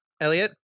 Elliot